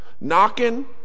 knocking